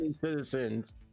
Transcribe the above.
citizens